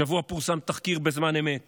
השבוע פורסם בזמן אמת